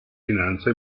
finanze